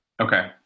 Okay